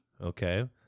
Okay